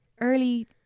early